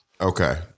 Okay